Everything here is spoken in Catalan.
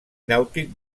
nàutic